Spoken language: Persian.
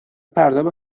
پرتاب